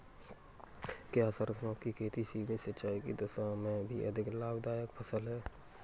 क्या सरसों की खेती सीमित सिंचाई की दशा में भी अधिक लाभदायक फसल है?